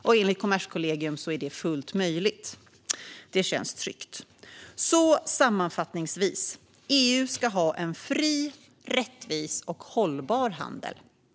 Och enligt Kommerskollegium är det fullt möjligt. Det känns tryggt. Sammanfattningsvis: EU ska ha en fri, rättvis och hållbar handel - eller hur?